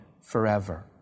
forever